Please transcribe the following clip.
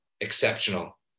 exceptional